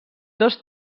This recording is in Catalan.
dos